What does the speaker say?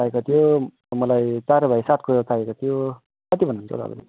चाहिएको थियो मलाई चाहिँ चार बाइ सातको चाहिएको थियो कति भन्नु हुन्छ तपाईँले